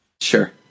Sure